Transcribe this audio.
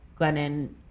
Glennon